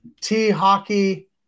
T-Hockey